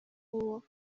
uwo